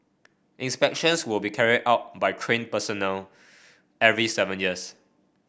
inspections will be carried out by trained personnel every seven years